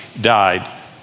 died